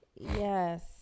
Yes